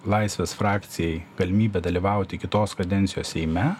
laisvės frakcijai galimybę dalyvauti kitos kadencijos seime